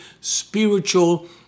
spiritual